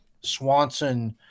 swanson